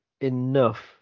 enough